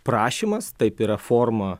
prašymas taip yra forma